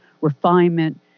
refinement